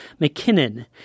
McKinnon